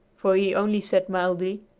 for he only said mildly,